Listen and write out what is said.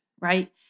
right